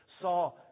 saw